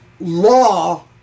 Law